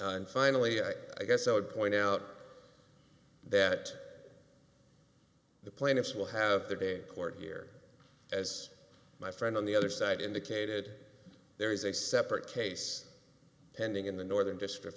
and finally i guess i would point out that the plaintiffs will have their day in court here as my friend on the other side indicated there is a separate case pending in the northern district